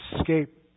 escape